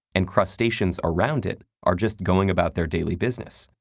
and crustaceans around it are just going about their daily business,